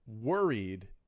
worried